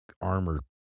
armor